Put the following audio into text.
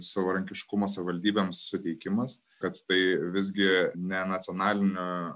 savarankiškumo savivaldybėms suteikimas kad tai visgi ne nacionaliniu